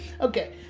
Okay